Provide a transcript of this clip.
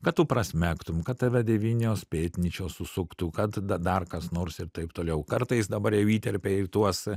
kad tu prasmegtum kad tave devynios pėdnyčios susuktų kad dar kas nors ir taip toliau kartais dabar jau įterpia į tuos